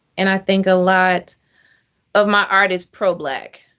and i think a lot of my art is pro-black.